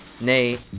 nay